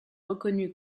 reconnue